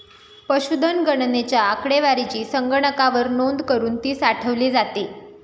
पशुधन गणनेच्या आकडेवारीची संगणकावर नोंद करुन ती साठवली जाते